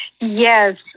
Yes